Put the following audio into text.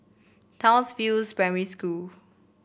Townsville Primary School